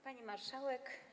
Pani Marszałek!